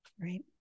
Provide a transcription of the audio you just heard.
Right